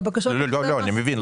אני מבין.